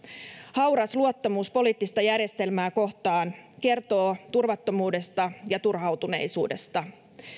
hauras luottamus poliittista järjestelmää kohtaan kertoo turvattomuudesta ja turhautuneisuudesta